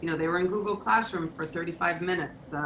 you know they were in google classroom for thirty five minutes,